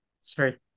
Sorry